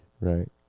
right